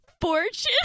Fortune